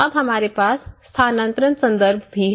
अब हमारे पास स्थानांतरण संदर्भ भी है